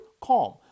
CALM